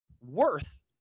worth